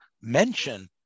mention